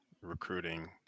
recruiting